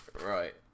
Right